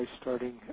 starting